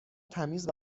تمیز